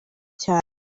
cyane